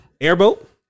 airboat